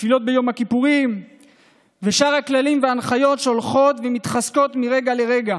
תפילות ביום הכיפורים ושאר הכללים וההנחיות שהולכים ומתחזקים מרגע לרגע.